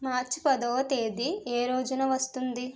మార్చి పదవ తేదీ ఏ రోజున వస్తుంది